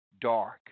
dark